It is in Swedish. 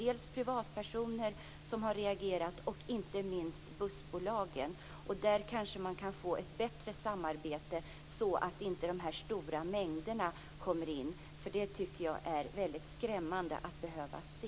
Det gäller privatpersoner och inte minst bussbolagen. Där kanske det går att skapa ett bättre samarbete, så att inte de stora mängderna kan komma in. Det är skrämmande att behöva se.